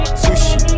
sushi